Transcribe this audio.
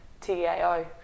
T-A-O